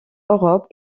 europe